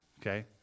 Okay